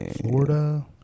Florida